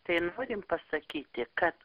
tai norim pasakyti kad